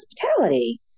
hospitality